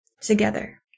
Together